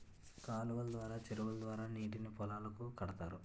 కాలువలు ద్వారా చెరువుల ద్వారా నీటిని పొలాలకు కడతారు